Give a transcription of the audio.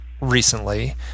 recently